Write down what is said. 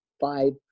five